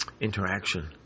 interaction